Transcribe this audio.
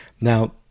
Now